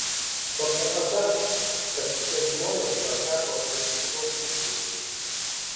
problema ta kad tie žmonės pateko ir į šou užkulisius